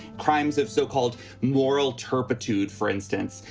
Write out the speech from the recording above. crimes of so-called moral turpitude, for instance,